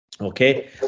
Okay